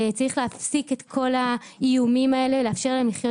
צריך להפסיק את כל האיומים האלה, לאפשר להם לחיות